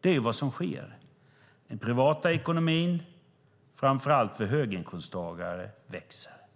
Det är vad som sker. Den privata ekonomin, framför allt för höginkomsttagare, växer.